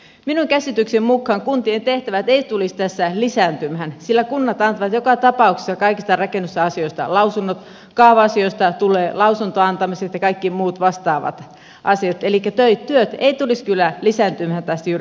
minun käsitykseni mukaan kuntien tehtävät eivät tulisi tässä lisääntymään sillä kunnat antavat joka tapauksessa kaikista rakennusasioista lausunnot kaava asioista tulee lausuntojen antamiset ja kaikki muut vastaavat asiat elikkä työt eivät tulisi kyllä lisääntymään tästä juuri ollenkaan